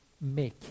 make